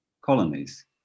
colonies